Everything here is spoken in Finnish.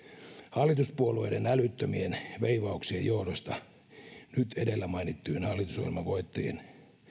hallituspuolueiden älyttömien veivauksien johdosta nyt edellä mainittuihin hallitusohjelmavoittajiin